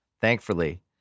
thankfully